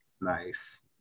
Nice